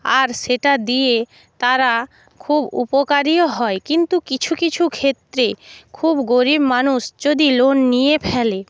আর সেটা দিয়ে তারা খুব উপকারীও হয় কিন্তু কিছু কিছু ক্ষেত্রে খুব গরীব মানুষ যদি লোন নিয়ে ফেলে